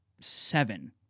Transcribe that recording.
seven